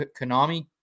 Konami